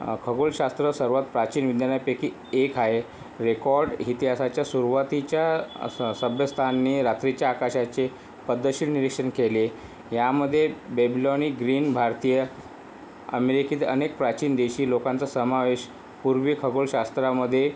खगोलशास्त्र सर्वात प्राचीन विज्ञानापैकी एक आहे रेकॉर्ड इतिहासाच्या सुरवातीच्या असं सभ्य स्थानी रात्रीच्या आकाशाचे पद्धतशीर निरीक्षण केले यामध्ये बेबलॉनीक ग्रीन भारतीय अमेरिकेत अनेक प्राचीन देशी लोकांचा समावेश पूर्वी खगोलशास्त्रामध्ये